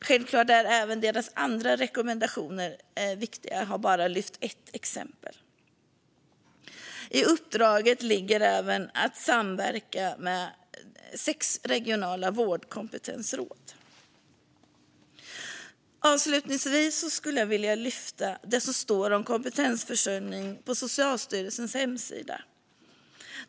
Självfallet är även de andra rekommendationerna viktiga; jag har bara tagit upp ett exempel. I uppdraget finns också uppgiften att samverka med sex regionala vårdkompetensråd. Avslutningsvis vill jag ta upp det som står om kompetensförsörjning på Socialstyrelsens hemsida.